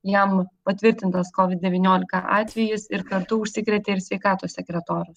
jam patvirtintas kovid devyniolika atvejis ir kartu užsikrėtė ir sveikatos sekretorė